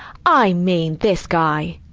i mean, this guy.